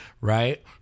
right